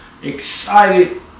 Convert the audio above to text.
Excited